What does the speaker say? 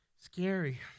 Scary